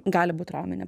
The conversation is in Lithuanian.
gali būt trauminė